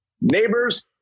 neighbors